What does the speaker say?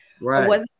Right